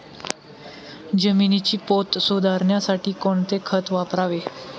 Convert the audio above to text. जमिनीचा पोत सुधारण्यासाठी कोणते खत वापरावे?